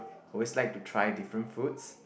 always like to try different foods